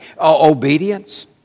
Obedience